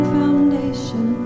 foundation